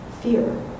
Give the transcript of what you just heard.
fear